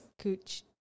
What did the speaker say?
Cooch